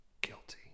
Guilty